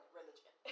religion